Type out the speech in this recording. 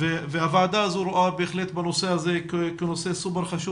הוועדה הזו רואה בהחלט בנושא הזה כנושא סופר חשוב